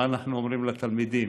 מה אנחנו אומרים לתלמידים,